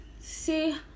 See